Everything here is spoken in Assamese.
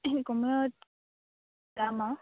কমেও যাম আৰু